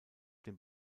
dem